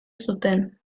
zuten